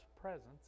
presence